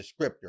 descriptor